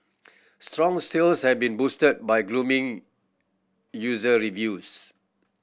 strong sales have been boosted by user reviews